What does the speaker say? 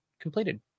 completed